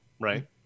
right